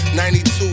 92